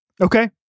Okay